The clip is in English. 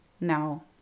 Now